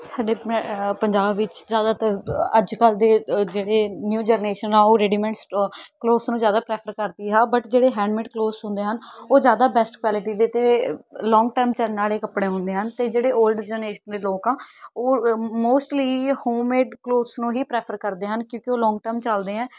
ਸਾਡੇ ਪੰਜਾਬ ਵਿੱਚ ਜ਼ਿਆਦਾਤਰ ਅੱਜ ਕੱਲ੍ਹ ਦੇ ਜਿਹੜੇ ਨਿਊ ਜਨਰੇਸ਼ਨ ਹੈ ਉਹ ਰੀਡੇਮੈਂਟ ਕਲੋਥਜ਼ ਨੂੰ ਜ਼ਿਆਦਾ ਪ੍ਰੈਫ਼ਰ ਕਰਦੀ ਹਾ ਬਟ ਜਿਹੜੇ ਹੈਡਮੇਡ ਕਲੋਥਜ਼ ਹੁੰਦੇ ਹਨ ਉਹ ਜ਼ਿਆਦਾ ਬੈਸਟ ਕੋਆਲਿਟੀ ਦੇ ਅਤੇ ਲੌਂਗ ਟਾਈਮ ਚੱਲਣ ਆਲੇ ਕੱਪੜੇ ਹੁੰਦੇ ਹਨ ਅਤੇ ਜਿਹੜੇ ਓਲਡ ਜਨਰੇਸ਼ਨ ਦੇ ਲੋਕ ਆ ਉਹ ਮੋਸਟਲੀ ਹੌਮਮੇਡ ਕਲੋਥਜ਼ ਨੂੰ ਹੀ ਪ੍ਰੈਫ਼ਰ ਕਰਦੇ ਹਨ ਕਿਉਂਕਿ ਉਹ ਲੌਂਗ ਟਾਈਮ ਚੱਲਦੇ ਹੈ